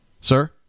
Sir